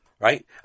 Right